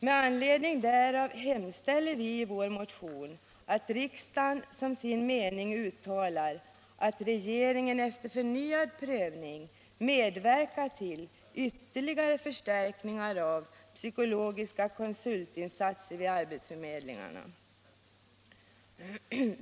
Med anledning därav hemställer vi i vår motion att riksdagen som sin mening uttalar att regeringen efter förnyad prövning medverkar till ytterligare förstärkningar av psykologiska konsultinsatser vid arbetsförmedlingarna.